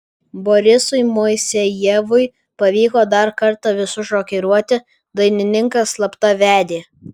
borisui moisejevui pavyko dar kartą visus šokiruoti dainininkas slapta vedė